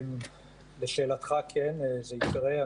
לשאלתך כן, זה יקרה.